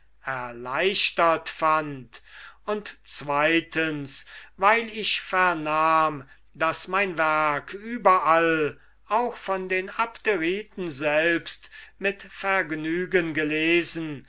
erleichtert fand und zweitens weil ich vernahm daß mein werk überall auch von den abderiten selbst mit vergnügen gelesen